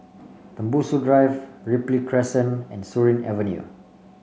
Tembusu Drive Ripley Crescent and Surin Avenue